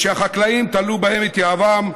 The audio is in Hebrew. שהחקלאים תלו בהם את יהבם,